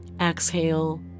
exhale